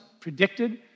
predicted